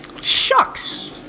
Shucks